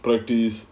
practice